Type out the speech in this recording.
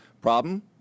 Problem